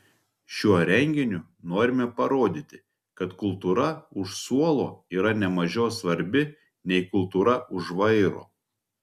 šiuo renginiu norime parodyti kad kultūra už suolo yra ne mažiau svarbi nei kultūra už vairo